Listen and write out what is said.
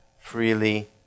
freely